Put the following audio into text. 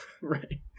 Right